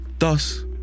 Thus